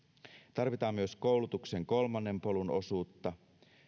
tarvitaan myös koulutuksen kolmannen polun osuutta